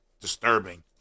disturbing